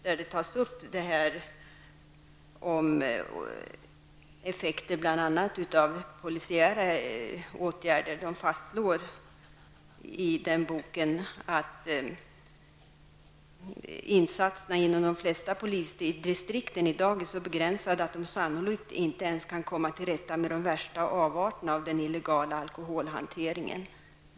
Där tas bl.a. effekterna av polisiära åtgärder upp. I boken fastslås att insatserna inom de flesta polisdistrikten i dag är så begränsade att polisen sannolikt inte ens kan komma till rätta med de värsta avarterna av den illegala alkoholhanteringen.